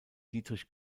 dietrich